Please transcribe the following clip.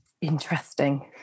interesting